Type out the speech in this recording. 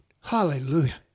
Hallelujah